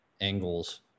angles